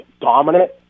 dominant